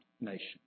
nation